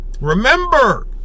Remember